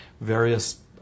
various